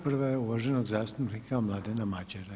Prva je uvaženog zastupnika Mladena Madjera.